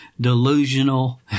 delusional